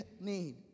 need